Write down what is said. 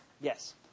Yes